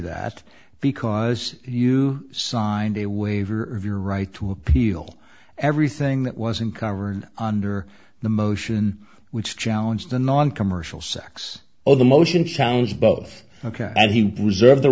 that because you signed a waiver of your right to appeal everything that wasn't covered under the motion which challenge the noncommercial sex all the motion challenge both ok and he reserved the